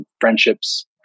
friendships